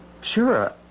Sure